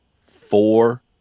Four